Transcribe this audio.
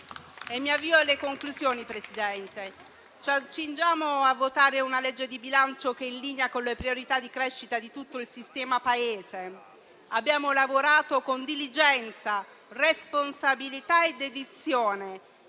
Mi avvio alle conclusioni, Presidente. Ci accingiamo a votare una legge di bilancio che è in linea con le priorità di crescita di tutto il sistema Paese. Abbiamo lavorato con diligenza, responsabilità e dedizione